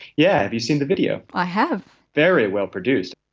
yeah you seen the video? i have. very well produced.